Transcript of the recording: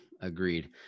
Agreed